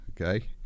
Okay